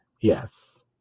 Yes